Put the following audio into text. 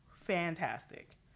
Fantastic